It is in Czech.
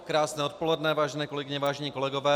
Krásné odpoledne, vážené kolegyně, vážení kolegové.